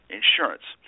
insurance